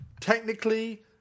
technically